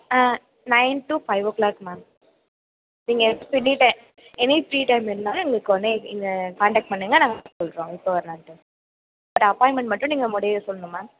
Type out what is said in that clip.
ah nine to five o'clock ma'am நீங்கள் எக்ஸ்பிடி time any free time இருந்தாலும் எங்களுக்கு உடனே நீங்கள் கான்டக்ட் பண்ணுங்கள் நாங்கள் சொல்லுறோம் எப்போ வரணுன்ட்டு பட்டு அப்பாயின்மென்ட் மட்டும் முன்னாடியே சொல்லணும் மேம்